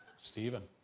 stephen,